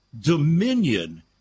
dominion